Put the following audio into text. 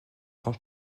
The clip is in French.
grand